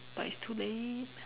but it's too late